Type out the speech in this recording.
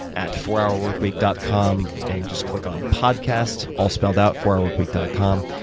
at fourhourworkweek dot com and just click on podcast. all spelled out, fourhourworkweek dot com.